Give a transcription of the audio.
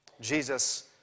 Jesus